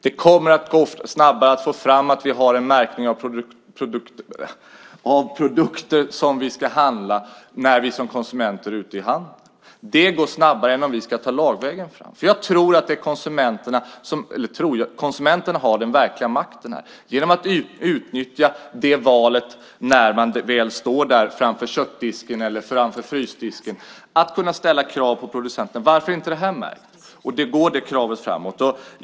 Det kommer att gå snabbare att få fram en märkning av produkter som vi ska handla när vi som konsumenter är ute i handeln. Det går snabbare än om vi går lagvägen. Konsumenterna har den verkliga makten genom att utnyttja valet när de står framför köttdisken eller frysdisken och ställa krav på producenterna. Varför är inte det här märkt?